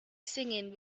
singing